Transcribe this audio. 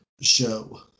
show